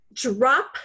Drop